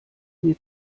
mir